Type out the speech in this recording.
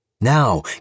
Now